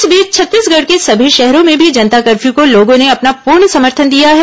इस बीच छत्तीसगढ़ के सभी शहरों में भी जनता कफ्यू को लोगों ने अपना पूर्ण समर्थन दिया है